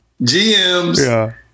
GMs